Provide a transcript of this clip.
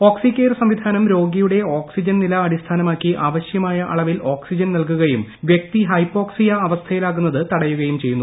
Oxycare സംവിധാനം രോഗിയുടെ oxygen നില അടിസ്ഥാനമാക്കി ആവശ്യമായ അളവിൽ ഓക്സിജൻ നൽകുകയും വൃക്തി ഹൈപ്പോക്സിയ അവസ്ഥയിലാകുന്നത് തടയുകയും ചെയ്യുന്നു